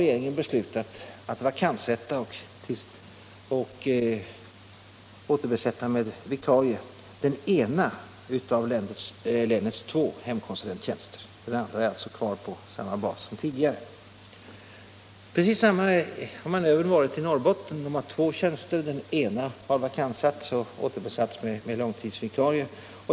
Regeringen har i det läget beslutat vakanssätta och återbesätta med vikarier den ena av länets två hemkonsulenttjänster — den andra tjänsten är alltså kvar på samma bas som tidigare. Precis densamma har manövern varit i Norrbotten, som har två hemkonsulenttjänster, varav den ena vakantsatts och återbesatts med långtidsvikarie.